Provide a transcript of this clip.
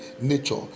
nature